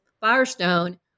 Firestone